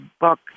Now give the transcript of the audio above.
book